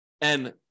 and-